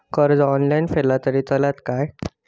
कर्ज ऑनलाइन फेडला तरी चलता मा?